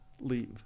leave